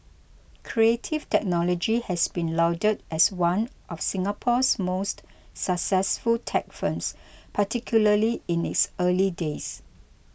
Creative Technology has been lauded as one of Singapore's most successful tech firms particularly in its early days